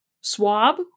swab